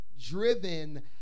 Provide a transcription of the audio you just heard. driven